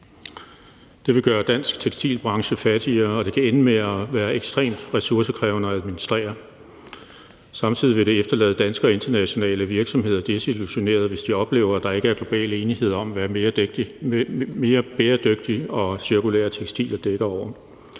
Det vil gøre den danske tekstilbranche fattigere, og det kan ende med at være ekstremt ressourcekrævende at administrere. Samtidig vil det efterlade danske og internationale virksomheder desillusionerede, hvis de oplever, at der ikke er global enighed om, hvad mere bæredygtige og cirkulære tekstiler dækker over.